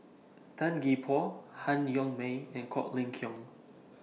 Tan Gee Paw Han Yong May and Quek Ling Kiong